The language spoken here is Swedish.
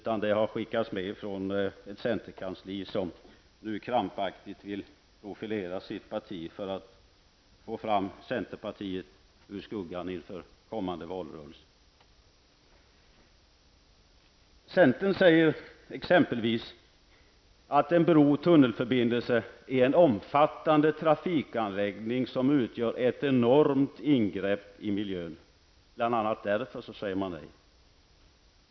Talet har kanske skickats med från ett centerkansli som krampaktigt vill profilera sig för att få fram partiet ur skuggan inför den kommande valrörelsen. Centern säger exempelvis att en bro--tunnelförbindelse är en omfattande trafikanläggning som utgör ett enormt ingrepp i miljön. Bl.a. därför säger man nej.